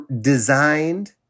designed